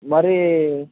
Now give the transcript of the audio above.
మరి